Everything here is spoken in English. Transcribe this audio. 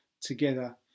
together